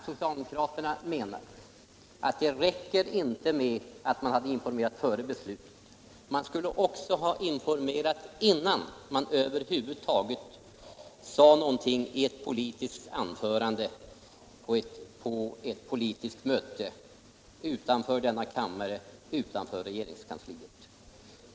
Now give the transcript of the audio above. Socialdemokraterna menar nu att det inte räcker med att man informerade före beslutet. Man skulle också ha informerat innan man över huvud taget sade någonting i ett anförande på ett politiskt möte utanför denna kammare och utanför regeringskansliet.